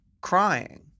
crying